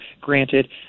granted